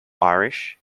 irish